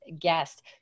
guest